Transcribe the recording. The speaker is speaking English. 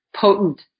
potent